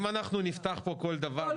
אם אנחנו נפתח פה כל דבר --- לא,